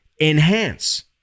enhance